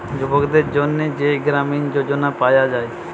যুবকদের জন্যে যেই গ্রামীণ যোজনা পায়া যায়